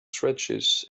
stretches